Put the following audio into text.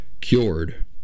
cured